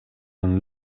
een